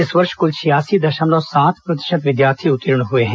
इस वर्ष कुल छियासी दशमलव सात प्रतिशत विद्यार्थी उर्तीण हुए हैं